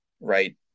right